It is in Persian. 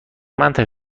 منطقه